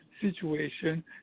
situation